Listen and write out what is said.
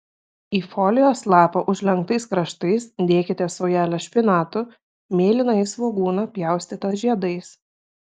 į folijos lapą užlenktais kraštais dėkite saujelę špinatų mėlynąjį svogūną pjaustytą žiedais